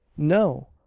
no!